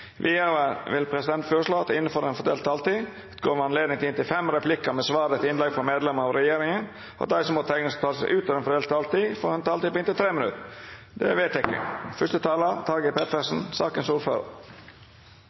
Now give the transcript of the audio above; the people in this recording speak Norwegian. vil presidenten foreslå at det – innenfor den fordelte taletid – blir gitt anledning til inntil fem replikker med svar etter innlegg fra medlemmer av regjeringen, og at de som måtte tegne seg på talerlisten utover den fordelte taletid, får en taletid på inntil 3 minutter. – Det